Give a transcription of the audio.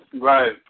Right